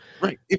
Right